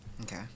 Okay